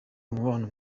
umubano